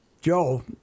Joe